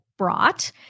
Brought